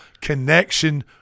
connection